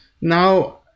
Now